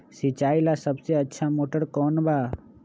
सिंचाई ला सबसे अच्छा मोटर कौन बा?